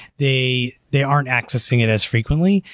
they they aren't accessing it as frequently,